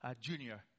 junior